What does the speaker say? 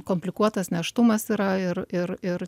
komplikuotas nėštumas yra ir ir ir